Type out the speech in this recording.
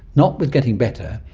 not with getting better,